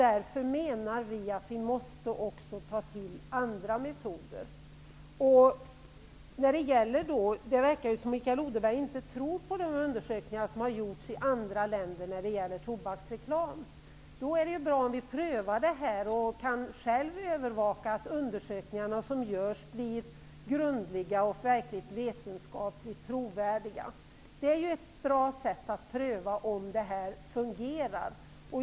Därför anser vi att vi måste ta till andra metoder. Det verkar som om Mikael Odenberg inte tror på de undersökningar som har gjorts i andra länder i fråga om tobaksreklam. Då är det bättre att vi själva gör dessa undersökningar och övervakar att de blir grundliga och verkligt vetenskapligt trovärdiga. Det är ett bra sätt att pröva om reklamförbudet fungerar.